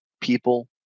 people